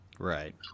Right